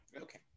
Okay